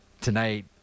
tonight